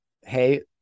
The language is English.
hey